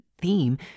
theme